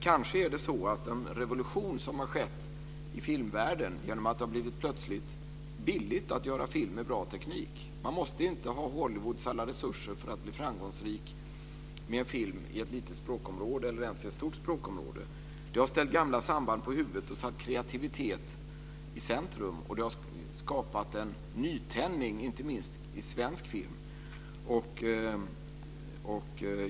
Kanske är det så att den revolution som har skett i filmvärlden genom att det plötsligt har blivit billigt att göra film med bra teknik - man måste inte ha Hollywoods alla resurser för att bli framgångsrik med en film i ett litet språkområde eller ens i ett stort språkområde - har ställt gamla samband på huvudet och satt kreativitet i centrum. Det har skapat en nytändning inte minst i svensk film.